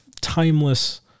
timeless